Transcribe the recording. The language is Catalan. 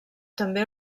també